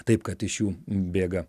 taip kad iš jų bėga